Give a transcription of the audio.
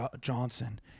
johnson